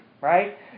right